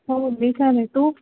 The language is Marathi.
हो मी छान आहे तू